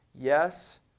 Yes